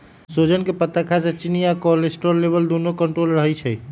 सोजन के पत्ता खाए से चिन्नी आ कोलेस्ट्रोल लेवल दुन्नो कन्ट्रोल मे रहई छई